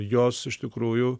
jos iš tikrųjų